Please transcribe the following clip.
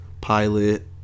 Pilot